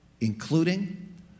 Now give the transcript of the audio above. including